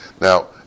Now